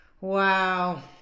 Wow